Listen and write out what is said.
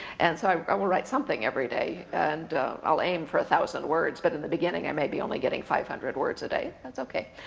and so i will write something everyday. and i'll aim for one thousand words, but in the beginning i may be only getting five hundred words a day, that's ok.